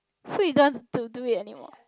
so you don't want to do it anymore